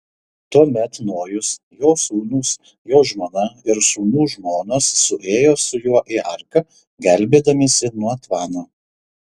tuomet nojus jo sūnūs jo žmona ir sūnų žmonos suėjo su juo į arką gelbėdamiesi nuo tvano